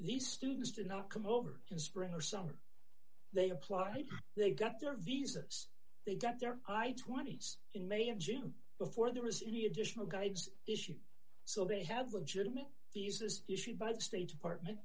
these students to not come over in spring or summer they applied they got their visas they got their i twenty's in may and june before there was any additional guides issue so they had legitimate visas issued by the state department